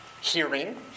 hearing